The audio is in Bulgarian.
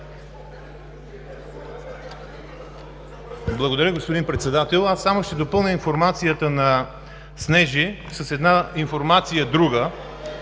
Благодаря, господин Председател. Само ще допълня информацията на Снежи с една друга